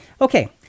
Okay